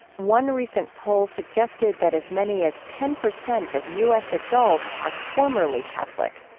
one recent poll suggested that as many as ten percent of u s. adults are formerly catholic.